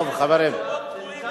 נכנס לביתו ודרש